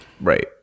Right